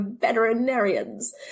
veterinarians